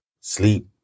sleep